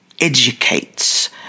educates